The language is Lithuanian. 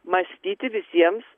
mąstyti visiems